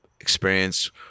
experience